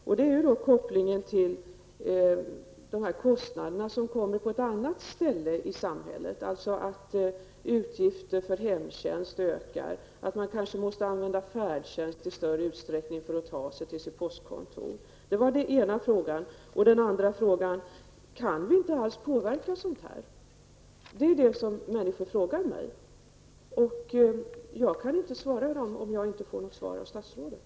Den ena frågan gällde kopplingen till de kostnader som uppkommer på andra håll i samhället genom att utgifter för hemtjänst ökar och genom att man kanske måste använda färdtjänst i större utsträckning för att ta sig till sitt postkontor. Den andra frågan var: Kan vi inte alls påverka sådant här? Det är detta som människor frågar mig. Jag kan inte svara dem om jag inte får något svar av statsrådet.